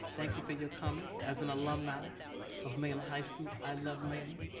thank you for your comments. as an alumni of mainland high school, i love mainland,